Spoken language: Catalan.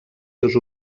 seus